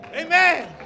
Amen